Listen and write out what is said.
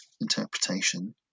interpretation